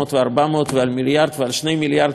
מיליארד ועל 2 מיליארד ויהיה מה לעשות,